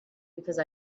because